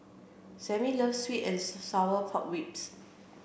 Sammie loves sweet and sour pork ribs